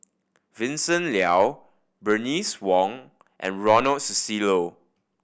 Vincent Leow Bernice Wong and Ronald Susilo